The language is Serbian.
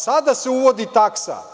Sada se uvodi taksa.